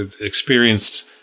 experienced